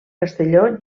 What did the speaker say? castelló